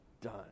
done